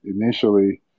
initially